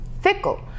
fickle